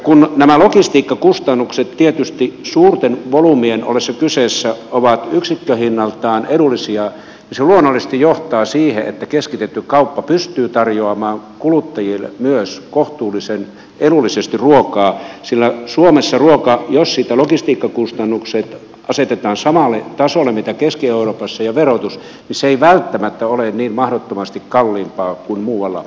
kun nämä logistiikkakustannukset tietysti suurten volyymien ollessa kyseessä ovat yksikköhinnaltaan edullisia se luonnollisesti johtaa siihen että keskitetty kauppa pystyy tarjoamaan kuluttajille myös kohtuullisen edullisesti ruokaa sillä suomessa ruoka jos logistiikkakustannukset ja verotus asetetaan samalle tasolle mitä keski euroopassa ei välttämättä ole niin mahdottomasti kalliimpaa kuin muualla euroopassa